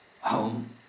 Home